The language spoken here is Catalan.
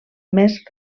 més